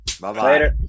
Bye-bye